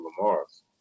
Lamar's